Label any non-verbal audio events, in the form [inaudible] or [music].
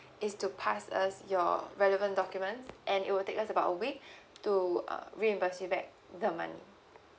is to pass us your relevant documents and it will take us about a week [breath] to uh reimburse you back the money